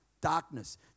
darkness